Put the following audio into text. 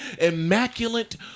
immaculate